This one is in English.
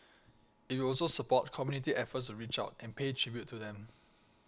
it will also support community efforts to reach out and pay tribute to them